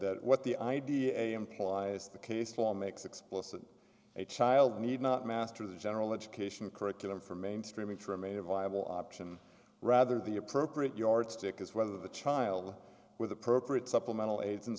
that what the idea implies the case for makes explicit a child need not master the general education curriculum for mainstreaming trim a viable option rather the appropriate yardstick is whether the child with appropriate supplemental aids